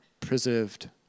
preserved